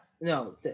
No